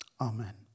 Amen